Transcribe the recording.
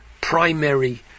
primary